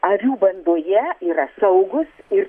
avių bandoje yra saugūs ir